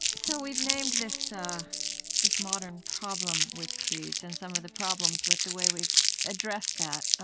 so we've named this this modern problem with creeds and some of the problems with the way we've addressed that.